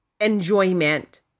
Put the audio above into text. enjoyment